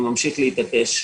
וממשיך להתעקש,